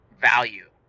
value